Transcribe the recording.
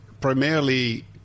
Primarily